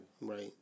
Right